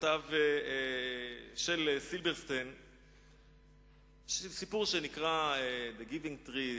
שכתב ש' סילברסטיין שנקרא The giving tree,